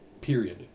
period